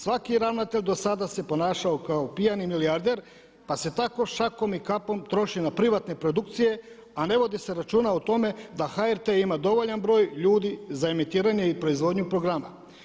Svaki ravnatelj dosada se ponašao kao pijani milijarder pa se tako šakom i kapom troši na privatne produkcije, a ne vodi se računa o tome da HRT ima dovoljan broj ljudi za emitiranje i proizvodnju programa.